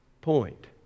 point